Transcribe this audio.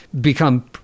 become